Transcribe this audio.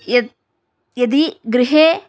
यत् यदि गृहे